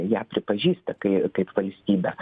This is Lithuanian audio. ją pripažįsta kai kaip valstybę